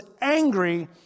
angry